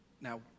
Now